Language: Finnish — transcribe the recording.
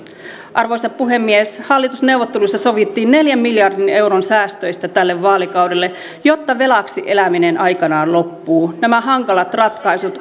arvoisa puhemies hallitusneuvotteluissa sovittiin neljän miljardin euron säästöistä tälle vaalikaudelle jotta velaksi eläminen aikanaan loppuu nämä hankalat ratkaisut